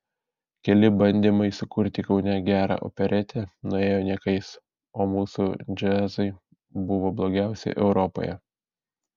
keli bandymai sukurti kaune gerą operetę nuėjo niekais o mūsų džiazai buvo blogiausi europoje